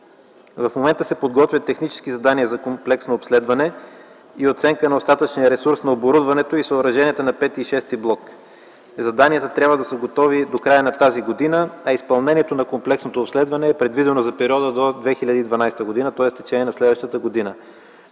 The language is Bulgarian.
В момента се подготвят технически задания за комплексно обследване и оценка на остатъчния ресурс на оборудването и съоръженията на V и VІ блок. Заданията трябва да са готови до края на тази година, а изпълнението на комплексното обследване е предвидено за периода до 2012 г., т.е. в течение на следващата година.